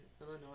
Illinois